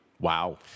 Wow